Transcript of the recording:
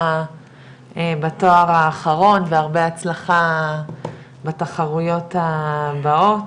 בתואר האחרון והרבה הצלחה בתחרויות הבאות